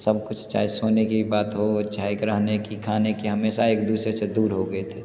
सब कुछ चाहे सोने कि बात हो चाहे रहने की खाने की हमेशा एक दूसरे से दूर हो गए थे